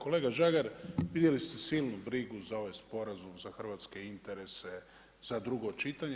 Kolega Žagar, vidjeli ste silnu brigu za ovaj sporazum za hrvatske interese, za drugo čitanje.